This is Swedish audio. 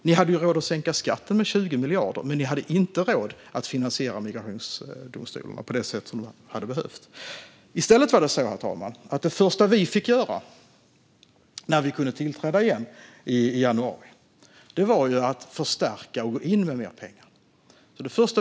Man hade råd att sänka skatten med 20 miljarder, men man hade inte råd att finansiera migrationsdomstolarna på det sätt som de hade behövt. Herr talman! I stället var det första vi fick göra, när vi kunde tillträda igen, att förstärka och gå in med mer pengar.